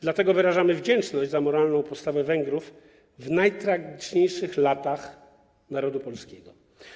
Dlatego wyrażamy wdzięczność za moralną postawę Węgrów w najtragiczniejszych latach narodu polskiego.